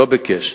לא ביקש.